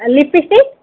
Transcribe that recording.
lipstick